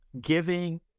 giving